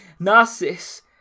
Narciss